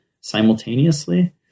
simultaneously